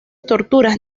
torturas